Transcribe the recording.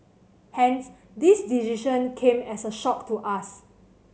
hence this decision came as a shock to us